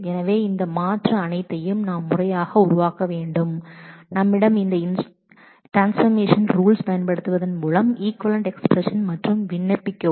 எனவே இந்த மாற்று ஈக்விவலெண்ட் எக்ஸ்பிரஸன்களை நாம் முறையாக உருவாக்க வேண்டும் நம்மிடம் உள்ள இந்த மாற்று ஈக்விவலெண்ட் எக்ஸ்பிரஸன் ட்ரான்ஸ்பர்மேஷன் ரூல்ஸ் பயன்படுத்துவதன் மூலம் உருவாக்க முடியும்